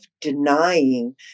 denying